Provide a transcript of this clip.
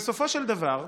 בסופו של דבר,